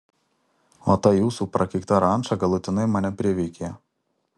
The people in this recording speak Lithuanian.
o ta jūsų prakeikta ranča galutinai mane priveikė